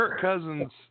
Cousins